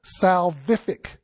salvific